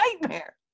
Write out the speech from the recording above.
nightmare